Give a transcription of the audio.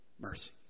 Mercy